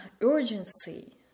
urgency